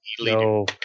no